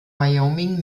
wyoming